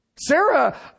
Sarah